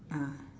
ah